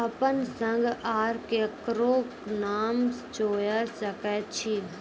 अपन संग आर ककरो नाम जोयर सकैत छी?